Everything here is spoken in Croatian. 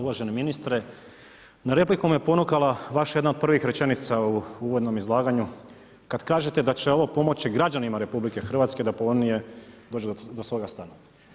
Uvaženi ministre, na repliku me ponukala vaša jedna od prvih rečenica u uvodnom izlaganju kada kažete da će ovo pomoći građanima RH da povoljnije dođu do svoga stana.